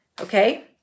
okay